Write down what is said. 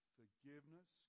forgiveness